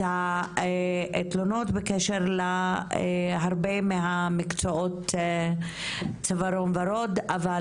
התלונות בקשר להרבה ממקצועות הצווארון הוורוד ותנאי העסקן,